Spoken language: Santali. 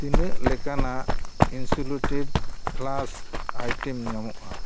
ᱛᱤᱱᱟᱹᱜ ᱞᱮᱠᱟᱱᱟᱜ ᱤᱱᱥᱩᱞᱮᱴᱮᱰ ᱯᱷᱞᱟᱥᱠ ᱟᱭᱴᱮᱢ ᱧᱟᱢᱚᱜᱼᱟ